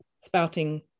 spouting